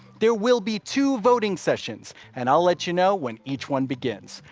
there will be two voting sessions, and i'll let you know when each one begins.